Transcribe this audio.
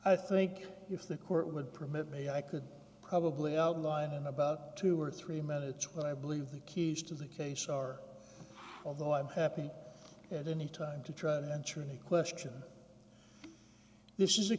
i think if the court would permit me i could probably outline in about two or three minutes but i believe the keys to the case are although i'm happy at any time to try to answer any question this is a